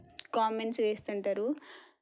comments చేస్తుంటారు